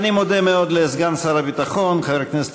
אני מודה מאוד לסגן שר הביטחון חבר הכנסת